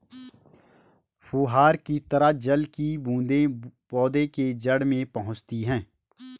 फुहार की तरह जल की बूंदें पौधे के जड़ में पहुंचती है